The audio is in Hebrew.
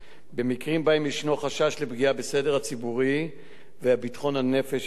שבהם ישנו חשש לפגיעה בסדר הציבורי וביטחון הנפש והרכוש.